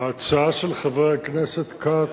ההצעה של חבר הכנסת כץ,